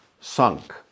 Sunk